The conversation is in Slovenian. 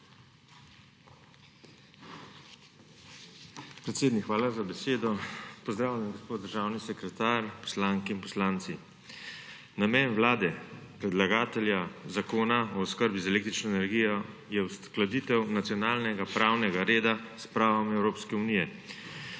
hvala za besedo. Pozdravljeni gospod državni sekretar, poslanke in poslanci! Namen Vlade, predlagatelja zakona o oskrbi z električno energijo, je uskladitev nacionalnega pravnega reda s pravom Evropske unije.